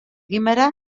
guimerà